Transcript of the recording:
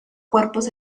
cuerpos